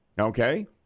Okay